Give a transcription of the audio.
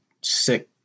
sick